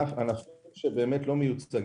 אחד הענפים שלא מיוצג